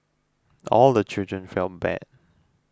all the children felt bad